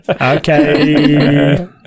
Okay